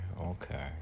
Okay